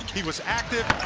he was active.